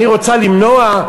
אני רוצה למנוע,